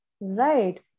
Right